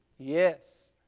Yes